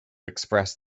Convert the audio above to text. express